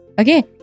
okay